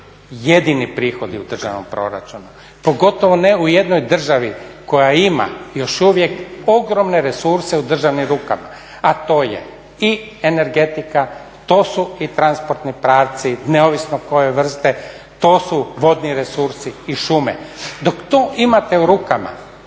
jedini prihodi u državnom proračunu, pogotovo ne u jednoj državi koja ima još uvijek ogromne resurse u državnom rukama a to je i energetika, to su i transportni pravci neovisno koje vrste, to su vodni resursi i šume. Dok to imate u rukama